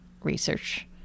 research